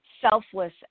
Selfless